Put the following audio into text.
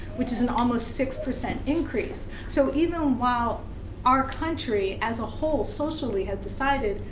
which is an almost six percent increase. so, even while our country, as a whole, socially has decided,